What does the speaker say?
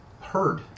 heard